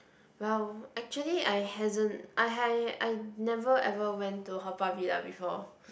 !wow! actually I hasn't I have I never ever went to Haw-Par-Villa before